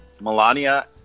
Melania